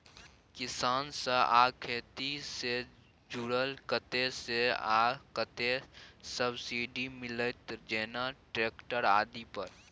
किसान से आ खेती से जुरल कतय से आ कतेक सबसिडी मिलत, जेना ट्रैक्टर आदि पर?